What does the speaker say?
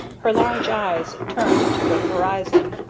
her large eyes turned to the horizon,